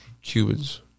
Cubans